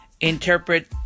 interpret